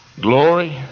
Glory